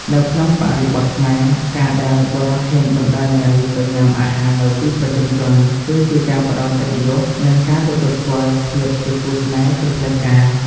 នៅក្នុងបរិបទខ្មែរ ការដែលបុរសហ៊ានបណ្ដើរនារីទៅញ៉ាំអាហារនៅទីប្រជុំជន គឺជាការផ្ដល់កិត្តិយស និងការទទួលស្គាល់ភាពជាគូស្នេហ៍ជាផ្លូវការ។